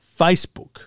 Facebook